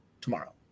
tomorrow